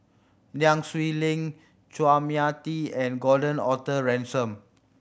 Nai Swee Leng Chua Mia Tee and Gordon Arthur Ransome